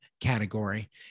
category